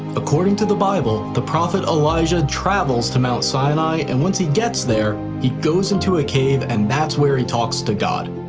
according to the bible, the prophet elijah travels to mount sinai, and once he gets there, he goes into a cave and that's where he talks to god.